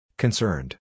Concerned